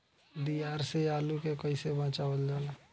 दियार से आलू के कइसे बचावल जाला?